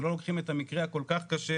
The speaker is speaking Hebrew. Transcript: שלא לוקחים את המקרה הכל כך קשה